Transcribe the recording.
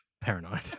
paranoid